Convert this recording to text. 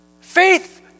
Faith